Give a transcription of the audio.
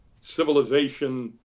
civilization